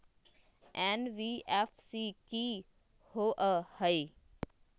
NBFC कि होअ हई?